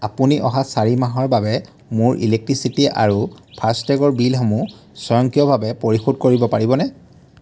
আপুনি অহা চাৰি মাহৰ বাবে মোৰ ইলেক্ট্ৰিচিটী আৰু ফাষ্টেগৰ বিলসমূহ স্বয়ংক্ৰিয়ভাৱে পৰিশোধ কৰিব পাৰিবনে